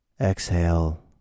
Exhale